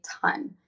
ton